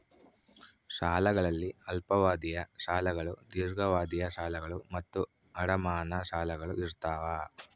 ಸಾಲಗಳಲ್ಲಿ ಅಲ್ಪಾವಧಿಯ ಸಾಲಗಳು ದೀರ್ಘಾವಧಿಯ ಸಾಲಗಳು ಮತ್ತು ಅಡಮಾನ ಸಾಲಗಳು ಇರ್ತಾವ